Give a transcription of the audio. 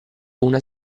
una